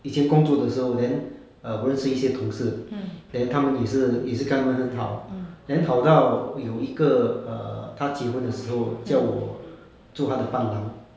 以前工作的时候 then err 不认识一些同事 then 他们也是也是跟他人很好 then 好到有一个 err 他结婚的时候叫我做他的伴郎